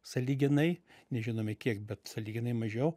sąlyginai nežinome kiek bet sąlyginai mažiau